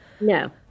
no